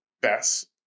best